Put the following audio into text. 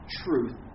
truth